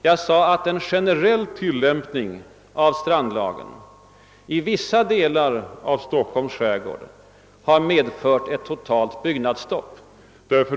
Jag sade att en generell tillämpning av strandlagen i vissa delar av Stockholms skärgård har medfört ett totalt byggnadsstopp.